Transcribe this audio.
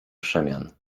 przemian